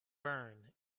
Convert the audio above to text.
burn